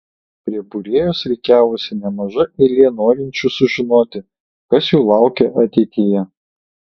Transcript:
prie būrėjos rikiavosi nemaža eilė norinčių sužinoti kas jų laukia ateityje